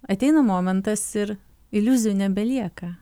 ateina momentas ir iliuzijų nebelieka